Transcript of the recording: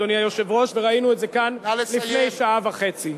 אדוני היושב-ראש, וראינו את זה כאן לפני שעה וחצי.